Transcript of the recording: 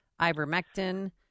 ivermectin